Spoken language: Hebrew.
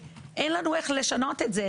אין לנו איך לשנות את זה,